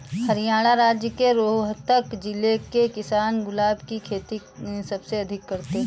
हरियाणा राज्य के रोहतक जिले के किसान गुलाब की खेती सबसे अधिक करते हैं